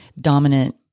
dominant